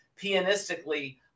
pianistically